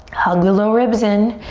hug the low ribs in.